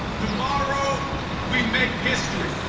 tomorrow we make history.